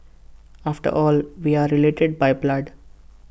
after all we are related by blood